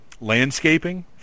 landscaping